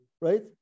right